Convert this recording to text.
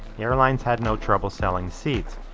airlines had no trouble selling seats.